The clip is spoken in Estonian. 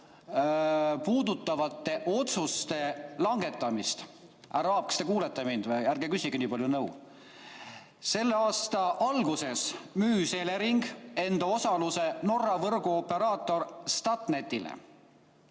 puudutavate otsuste langetamisel. Härra Aab, kas te kuulete mind? Ärge küsige nii palju nõu. Selle aasta alguses müüs Elering oma osaluse Norra võrguoperaatorile Statnett.